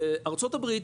בארצות הברית,